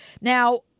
Now